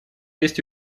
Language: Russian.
есть